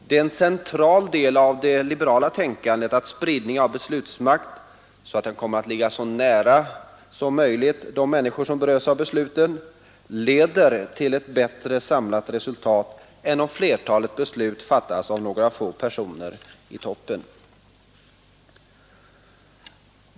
Det är en central del i det liberala tänkandet att spridning av beslutsmakt — så att den kommer att ligga så nära som möjligt till de människor som berörs av besluten — leder till ett bättre samlat resultat än om flertalet beslut fattas av några få personer i toppen.